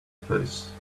face